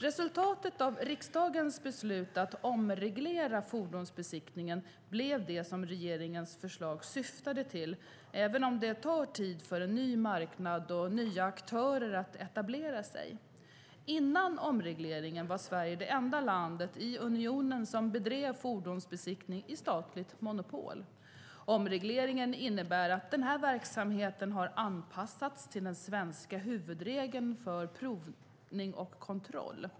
Resultatet av riksdagens beslut att omreglera fordonsbesiktningen blev det som regeringens förslag syftade till, även om det tar tid för en ny marknad och nya aktörer att etablera sig. Före omregleringen var Sverige det enda landet i unionen som bedrev fordonsbesiktning i statligt monopol. Omregleringen innebär att den här verksamheten har anpassats till den svenska huvudregeln för provning och kontroll.